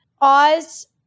Oz